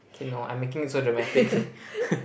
okay no I'm making it so dramatic